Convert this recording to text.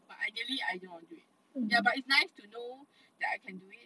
but ideally I don't want to do it ya but it's nice to know that I can do it